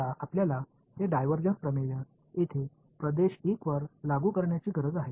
எனவே இப்போது இந்த டைவர்ஜன்ஸ் தேற்றத்தை இப்பகுதி 1 க்கு பயன்படுத்த வேண்டும்